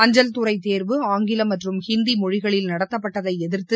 அஞ்சல்துறை தோ்வு ஆங்கிலம் மற்றும் இந்தி மொழிகளில் நடத்தப்பட்டதை எதிா்த்து